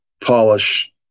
polish